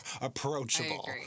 approachable